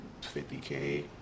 50K